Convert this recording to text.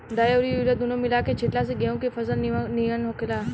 डाई अउरी यूरिया दूनो मिला के छिटला से गेंहू के फसल निमन होखेला